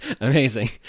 Amazing